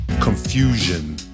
confusion